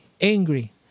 angry